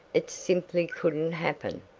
it simply couldn't happen.